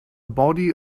body